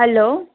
hello